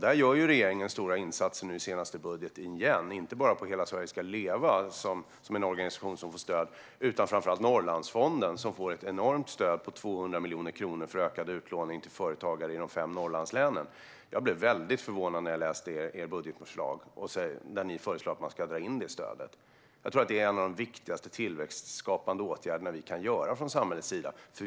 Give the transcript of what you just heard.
Där gör regeringen stora insatser nu senast i budget igen inte bara för Hela Sverige ska leva, som är en organisation som får stöd, utan framför allt för Norrlandsfonden som får ett enormt stöd på 200 miljoner kronor för ökad utlåning till företagare i de fem Norrlandslänen. Jag blev väldigt förvånad när jag läste ert budgetförslag där ni föreslår att man ska dra in det stödet. Det är en av de viktigaste tillväxtskapande åtgärderna vi kan göra från samhällets sida.